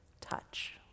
touch